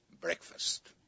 Breakfast